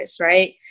right